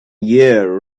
year